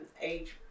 age